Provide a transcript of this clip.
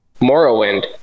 Morrowind